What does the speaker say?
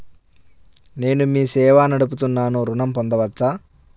నేను మీ సేవా నడుపుతున్నాను ఋణం పొందవచ్చా?